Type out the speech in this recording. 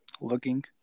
looking